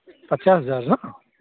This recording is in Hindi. पचास हज़ार ना